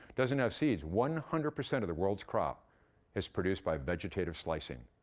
doesn't have seeds. one hundred percent of the world's crop is produced by vegetative slicing.